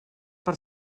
per